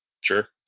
Sure